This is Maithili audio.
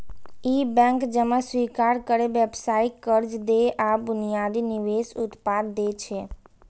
ई बैंक जमा स्वीकार करै, व्यावसायिक कर्ज दै आ बुनियादी निवेश उत्पाद दै छै